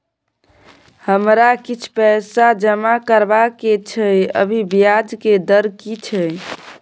हमरा किछ पैसा जमा करबा के छै, अभी ब्याज के दर की छै?